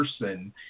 person